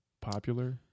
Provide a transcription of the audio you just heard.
popular